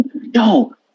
yo